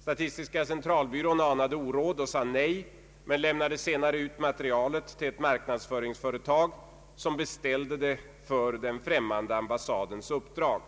Statistiska centralbyrån anade oråd och sade nej men lämnade senare ut materialet till ett marknadsföringsföretag som beställde den på den främmande ambassadens uppdrag.